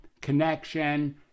connection